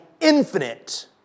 infinite